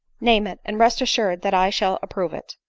name it and rest assured that i shall approve it.